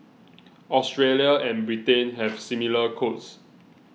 Australia and Britain have similar codes